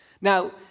Now